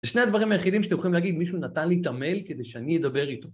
זה שני הדברים היחידים שאתם יכולים להגיד, מישהו נתן לי את המייל כדי שאני אדבר איתו.